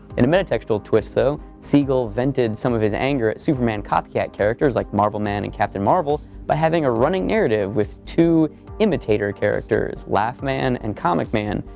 in a meta-textual twist though, siegel vented some of his anger at superman copycat characters like marvel man and captain marvel by having a running narrative with two imitator characters laugh man and comic man,